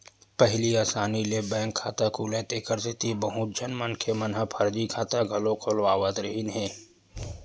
पहिली असानी ले बैंक खाता खुलय तेखर सेती बहुत झन मनखे मन ह फरजी खाता घलो खोलवावत रिहिन हे